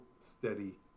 steady